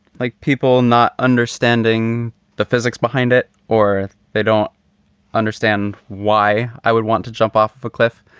like people not understanding the physics behind it or they don't understand why i would want to jump off a cliff.